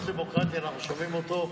"לא דמוקרטי" אנחנו שומעים הרבה,